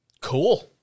Cool